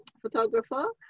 photographer